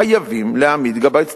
חייבים להעמיד גבאי צדקה,